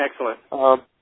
Excellent